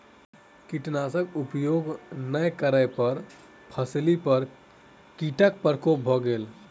कीटनाशक उपयोग नै करै पर फसिली पर कीटक प्रकोप भ गेल